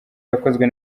yakozwe